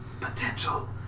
potential